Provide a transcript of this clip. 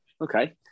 Okay